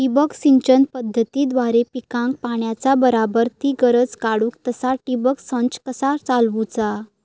ठिबक सिंचन पद्धतीद्वारे पिकाक पाण्याचा बराबर ती गरज काडूक तसा ठिबक संच कसा चालवुचा?